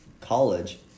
college